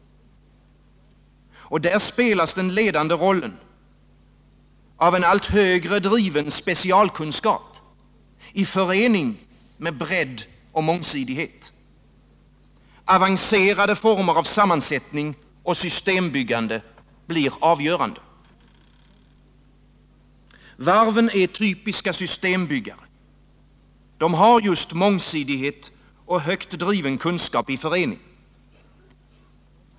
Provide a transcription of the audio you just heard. Där spelas den ledande rollen av en allt högre driven specialkunskap i förening med bredd och mångsidighet. Avancerade former av sammansättning och systembyggande blir avgörande. Varven är typiska systembyggare. De har just mångsidighet och högt driven kunskap i förening.